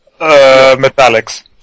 metallics